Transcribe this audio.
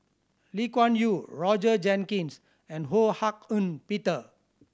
Lee Kuan Yew Roger Jenkins and Ho Hak Ean Peter